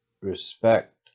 respect